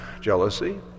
jealousy